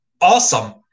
awesome